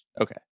okay